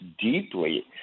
deeply